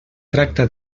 tracta